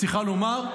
צריכה לומר: